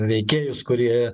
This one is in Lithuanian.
veikėjus kurie